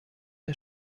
der